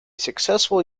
successful